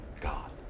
God